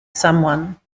someone